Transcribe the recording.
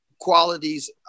qualities